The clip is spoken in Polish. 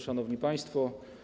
Szanowni Państwo!